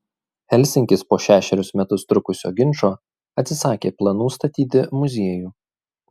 helsinkis po šešerius metus trukusio ginčo atsisakė planų statyti muziejų